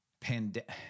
pandemic